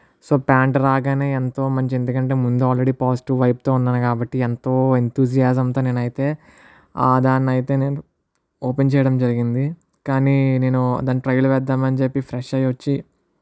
so pant రాగానే ఎంతో మంచి ఎందుకంటే ముందు ఆల్రెడీ ఎంతో పాజిటివ్ వైబ్ తో ఉన్నాను కాబట్టి ఎంతో ఎన్తోజియాజమ్తో నేనైతే దానైతే నేను ఓపెన్ చేయడం జరిగింది కానీ నేను దాన్ని ట్రైల్ వేద్దామని చెప్పి ఫ్రెష్ అయ్యి వచ్చి